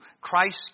Christ